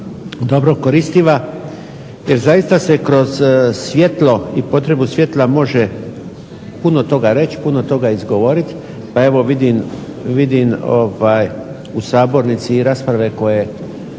dobro koristiva jer zaista se kroz svjetlo i potrebu svjetla može puno toga reći, puno toga izgovoriti pa evo vidim u sabornici rasprave o